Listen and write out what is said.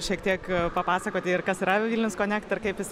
šiek tiek papasakoti ir kas yra vilniaus konekt ir kaip jis